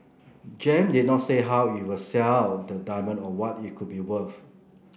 Gem did not say how it will sell the diamond or what it could be worth